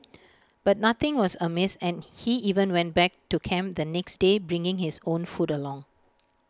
but nothing was amiss and he even went back to camp the next day bringing his own food along